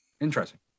Interesting